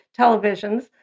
televisions